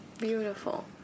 beautiful